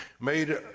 made